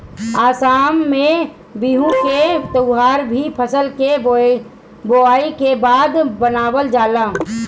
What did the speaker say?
आसाम में बिहू के त्यौहार भी फसल के बोआई के बाद मनावल जाला